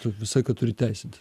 tu visą laiką turi teisintis